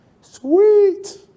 sweet